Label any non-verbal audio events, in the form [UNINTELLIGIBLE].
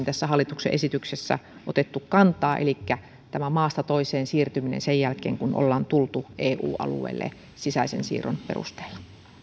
[UNINTELLIGIBLE] tässä hallituksen esityksessä otettu kantaa elikkä tähän maasta toiseen siirtymiseen sen jälkeen kun ollaan tultu eu alueelle sisäisen ict siirron perusteella